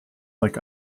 like